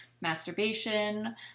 masturbation